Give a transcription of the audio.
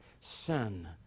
sin